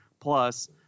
plus